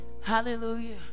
Hallelujah